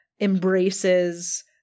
embraces